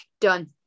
done